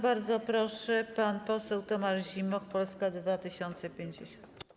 Bardzo proszę, pan poseł Tomasz Zimoch, Polska 2050.